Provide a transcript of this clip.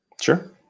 Sure